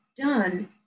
done